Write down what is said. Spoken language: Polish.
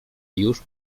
już